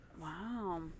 Wow